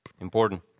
important